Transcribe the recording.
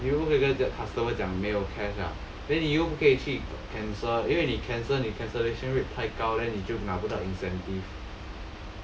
你又不可以跟 customer 讲没有 cash ah then 你又不可以去 cancel 因为你 cancel 你 cancellation rate 太高 then 你就拿不到 incentive